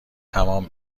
تمام